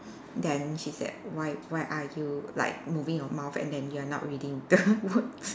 then she say why why are you like moving your mouth and then you are not reading the